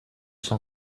son